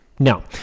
No